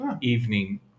evening